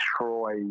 destroy